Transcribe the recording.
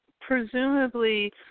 presumably